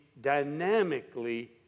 dynamically